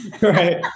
right